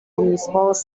omnisports